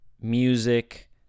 music